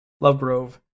Lovegrove